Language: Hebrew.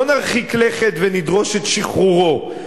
לא נרחיק לכת ונדרוש את שחרורו,